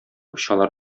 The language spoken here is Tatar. очалар